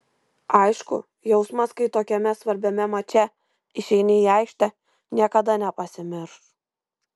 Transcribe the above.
aišku jausmas kai tokiame svarbiame mače išeini į aikštę niekada nepasimirš